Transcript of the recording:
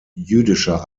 jüdischer